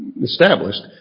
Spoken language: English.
established